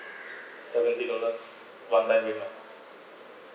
seventy dollars one time payment